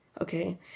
okay